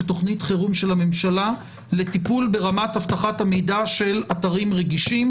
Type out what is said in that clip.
תוכנית חירום של הממשלה לטיפול ברמת אבטחת המידע של אתרים רגישים,